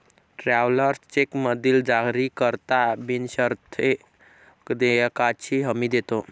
travellers चेकमधील जारीकर्ता बिनशर्त देयकाची हमी देतो